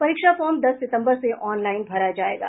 परीक्षा फार्म दस सितम्बर से ऑनलाईन भरा जायेगा